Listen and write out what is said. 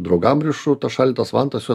draugam rišu tas šaldytas vantas